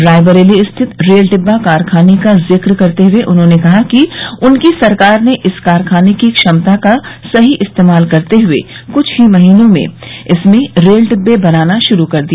रायबरेली स्थित रेल डिब्बा कारखाने का जिक्र करते हए उन्होंने कहा कि उनकी सरकार ने इस कारखाने की क्षमता का सही इस्तेमाल करते हुए कुछ ही महीनों में इसमें रेल डिब्बे बनाना शुरू कर दिया